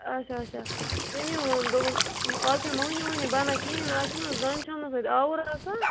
آچھا آچھا تمی ووٚن دوٚپُن آز چھِ نہٕ موہنِو ووہنِو بنان کہیٖنۍ آز چھِ نَہ زٕنۍ چھےٚ نَہ آوُر آسان